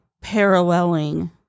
paralleling